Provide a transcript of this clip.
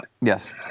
Yes